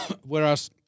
Whereas